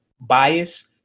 bias